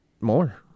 more